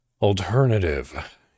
alternative